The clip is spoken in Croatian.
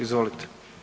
Izvolite.